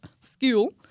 school